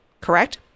correct